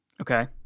Okay